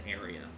area